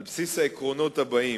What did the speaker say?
על בסיס העקרונות הבאים: